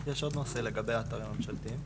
יש עוד נושא לגבי האתרים הממשלתיים.